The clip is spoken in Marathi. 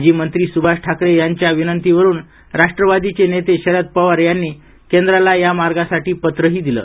माजी मंत्री सुभाष ठाकरे यांच्या विनंतीवरून राष्ट्रवादीचे नेते शरद पवार यांनी केंद्राला या मार्गासाठी पत्रही दिल